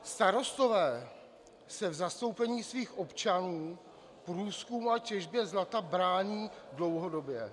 Starostové se v zastoupení svých občanů průzkumu a těžbě zlata brání dlouhodobě.